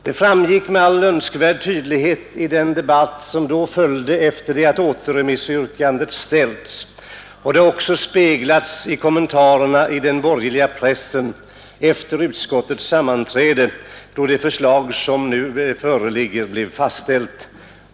Det framgick med all önskvärd tydlighet i den debatt som då följde efter det att återremissyrkandet ställts, och det har också speglats i kommentarerna i den borgerliga pressen efter utskottets sammanträde då det förslag som nu föreligger blev fastställt.